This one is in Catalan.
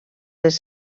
les